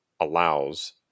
allows